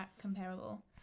comparable